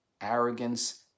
arrogance